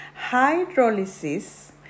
Hydrolysis